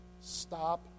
Stop